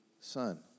son